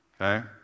Okay